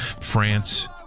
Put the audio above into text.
France